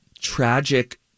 tragic